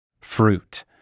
Fruit